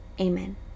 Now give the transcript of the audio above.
amen